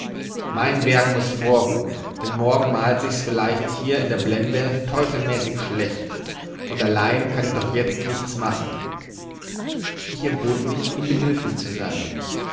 mein werk muß vorrücken denn morgen malt sich's vielleicht hier in der blende teufelmäßig schlecht und allein kann ich doch jetzt nichts machen ich erbot mich ihm behilflich zu sein